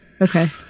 okay